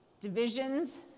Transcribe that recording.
Divisions